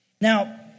Now